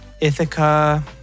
Ithaca